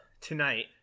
tonight